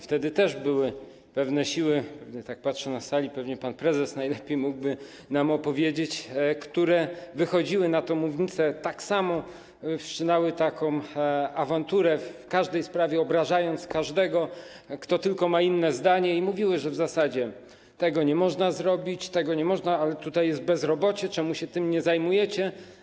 Wtedy też były pewne siły - tak patrzę na zgromadzonych na sali, pewnie pan prezes najlepiej mógłby nam o tym opowiedzieć - które wychodziły na tę mównicę, tak samo wszczynały taką awanturę, w każdej sprawie obrażając każdego, kto tylko ma inne zdanie, i mówiły, że w zasadzie tego nie można zrobić, ale tutaj jest bezrobocie, czemu się tym nie zajmujecie.